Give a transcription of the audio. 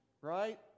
right